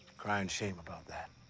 crying shame about that.